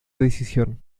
decisión